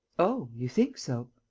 oh, you think so?